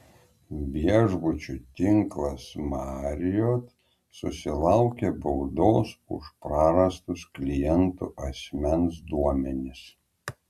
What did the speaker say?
viešbučių tinklas marriott susilaukė baudos už prarastus klientų asmens duomenis